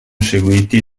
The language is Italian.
seguiti